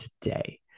today